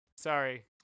sorry